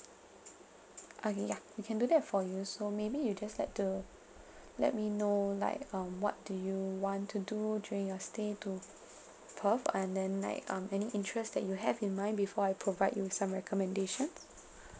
okay ya we can do that for you so maybe you just let uh let me know like um what do you want to do during your stay to perth and then like um any interests that you have in mind before I provide you with some recommendations